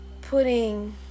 Putting